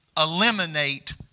eliminate